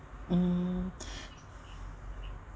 mm